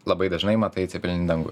labai dažnai matai cepelininį dangų